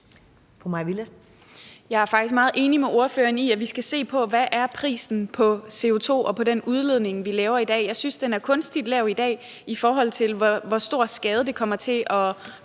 Jeg er faktisk meget enig med ordføreren i, at vi skal se på, hvad prisen er på CO2 og på den udledning, vi laver i dag. Jeg synes, den er kunstigt lav i dag, i forhold til hvor stor skade det kommer til at